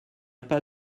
pas